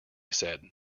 said